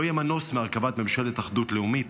לא יהיה מנוס מהרכבת ממשלת אחדות לאומית,